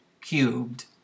cubed